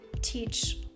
teach